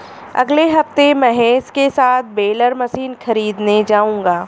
अगले हफ्ते महेश के साथ बेलर मशीन खरीदने जाऊंगा